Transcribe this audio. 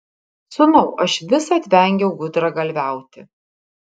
sūnau aš visad vengiau gudragalviauti